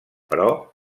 però